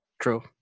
True